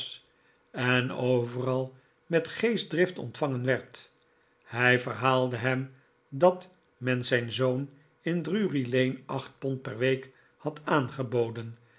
en overal'met geestdrift ontvangen werd hi verhaalde hem dat men zijn zoon in drury-lane acht pond per week had aangeboden